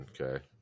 Okay